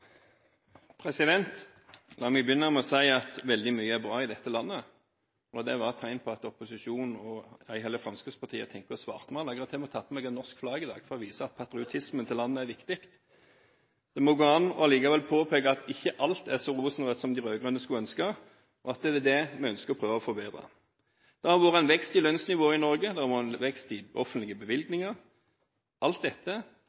omme. La meg begynne med å si at veldig mye er bra i dette landet – et tegn på at opposisjonen ikke, ei heller Fremskrittspartiet, tenker på å svartmale. Jeg har til og med tatt på meg et norsk flagg i dag – for å vise at patriotisme er viktig. Det må allikevel gå an å påpeke at ikke alt er så rosenrødt som de rød-grønne skulle ønske, og at det er dette vi ønsker å prøve å forbedre. Det har vært en vekst i lønnsnivået i Norge. Det har vært en vekst i offentlige bevilgninger. Alt dette